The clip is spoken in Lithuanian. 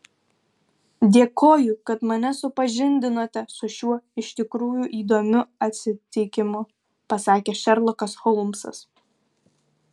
dėkoju kad mane supažindinote su šiuo iš tikrųjų įdomiu atsitikimu pasakė šerlokas holmsas